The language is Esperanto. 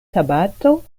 sabato